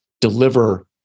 deliver